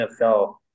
NFL